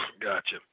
gotcha